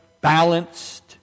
balanced